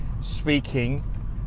speaking